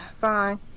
Fine